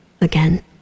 again